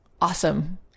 awesome